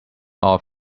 off